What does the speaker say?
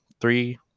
three